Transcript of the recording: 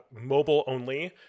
mobile-only